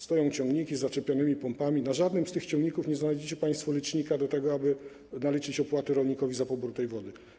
Stoją ciągniki z zaczepionymi pompami i na żadnym z tych ciągników nie znajdziecie państwo licznika służącego do tego, aby naliczać opłaty rolnikowi za pobór tej wody.